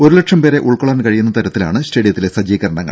ഒരു ലക്ഷം പേരെ ഉൾക്കൊള്ളാൻ കഴിയുന്ന തരത്തിലാണ് സ്റ്റേഡിയത്തിലെ സജ്ജീകരണങ്ങൾ